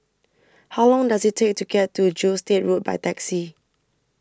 How Long Does IT Take to get to Gilstead Road By Taxi